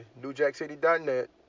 Newjackcity.net